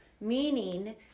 Meaning